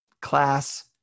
class